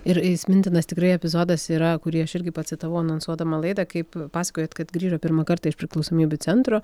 ir įsimintinas tikrai epizodas yra kurį aš irgi pacitavau anonsuodama laidą kaip pasakojot kad grįžo pirmą kartą iš priklausomybių centro